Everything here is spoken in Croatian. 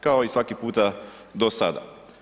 Kao i svaki puta do sada.